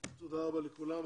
תודה רבה לכולם.